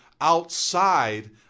outside